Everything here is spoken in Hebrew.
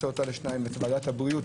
את ועדת הבריאות.